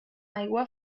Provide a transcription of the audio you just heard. aigua